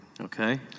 Okay